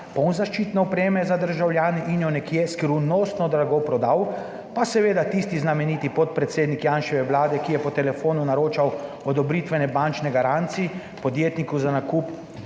poln zaščitne opreme za državljane in jo nekje skrivnostno drago prodal, pa seveda tisti znameniti podpredsednik Janševe vlade, ki je po telefonu naročal odobritvene bančne garancije podjetniku za nakup